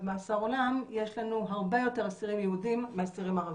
מאסר עולם יש לנו הרבה יותר אסירים יהודים מאסירים ערבים.